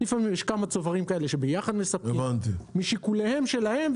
לפעמים יש כמה צוברים כאלה שביחד מספקים משיקוליהם שלהם,